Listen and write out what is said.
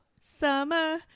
Summer